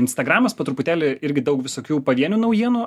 instagramas po truputėlį irgi daug visokių pavienių naujienų